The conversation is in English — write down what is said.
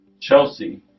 Chelsea